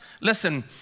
listen